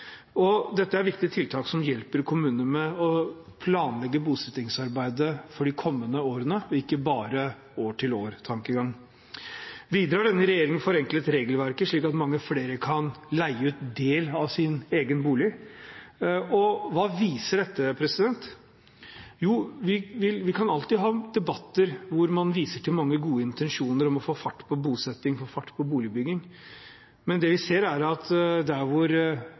Dette er viktige tiltak som hjelper kommunene med å planlegge bosettingsarbeidet for de kommende årene, og ikke bare ha en år-til-år-tankegang. Videre har denne regjeringen forenklet regelverket slik at mange flere kan leie ut en del av sin egen bolig. Hva viser dette? Jo, vi kan alltid ha debatter hvor man viser til mange gode intensjoner om å få fart på bosetting og få fart på boligbygging, men det vi ser, er at der